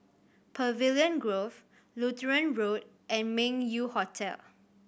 Pavilion Grove Lutheran Road and Meng Yew Hotel